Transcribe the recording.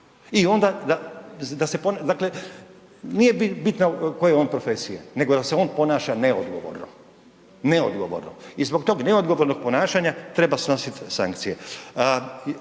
i onda. Dakle nije bitno koje je on profesije nego da se on ponaša neodgovorno, neodgovorno i zbog tog neodgovornog ponašanja treba snositi sankcije.